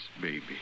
baby